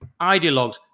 ideologues